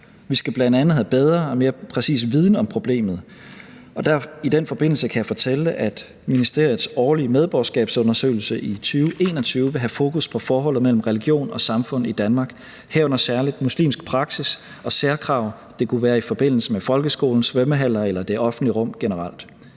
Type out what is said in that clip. Vi skal bl.a. have bedre og mere præcis viden om problemet. I den forbindelse kan jeg fortælle, at ministeriets årlige medborgerskabsundersøgelse i 2021 vil have fokus på forholdet mellem religion og samfund i Danmark, herunder særlig muslimsk praksis og særkrav – det kunne være i forbindelse med folkeskolen, svømmehaller eller det offentlige rum generelt.